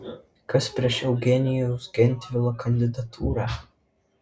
kas prieš eugenijaus gentvilo kandidatūrą